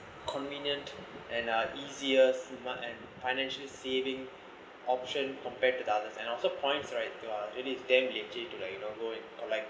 convenient and uh easier smart and financial saving option compared to the others and also points right then it's damn legit to like you know go and or like